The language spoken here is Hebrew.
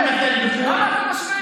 למה אתה משווה?